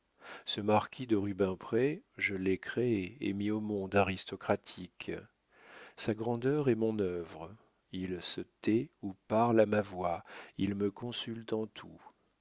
ce marquis de rubempré je l'ai créé et mis au monde aristocratique sa grandeur est mon œuvre il se tait ou parle à ma voix il me consulte en tout